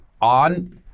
on